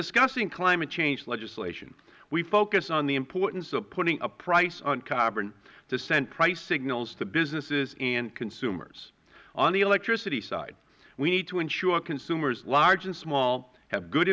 discussing climate change legislation we focus on the importance of putting a price on carbon to send price signals to businesses and consumers on the electricity side we need to ensure consumers large and small have good